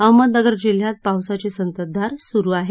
अहमदनगर जिल्ह्यात पावसाची संततधार सुरू आहे